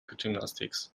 gymnastics